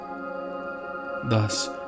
Thus